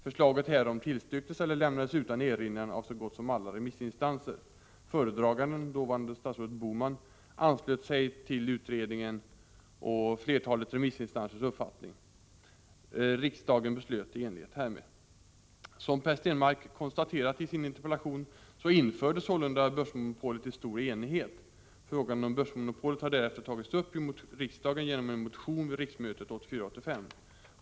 Förslaget härom tillstyrktes eller lämnades utan erinran av så gott som alla remissinstanser. Föredraganden — dåvarande statsrådet Bohman =— anslöt sig till utredningens och flertalet remissinstansers uppfattning. Riksdagen beslöt i enlighet härmed. Som Per Stenmarck konstaterat i sin interpellation infördes sålunda börsmonopolet i stor enighet. Frågan om börsmonopolet har därefter tagits uppiriksdagen genom en motion vid riksmötet 1984/85.